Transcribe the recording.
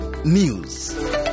News